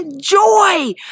joy